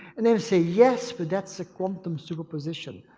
and they would say yes, but that's a quantum superposition.